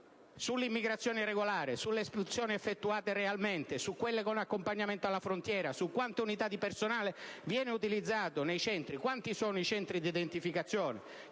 sull'immigrazione irregolare, sulle espulsioni effettuate realmente, su quelle con accompagnamento alla frontiera, su quante unità di personale vengono utilizzate nei centri e su quanti sono i centri di identificazione.